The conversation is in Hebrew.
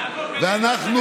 הכנסת מאיר כהן,